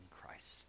Christ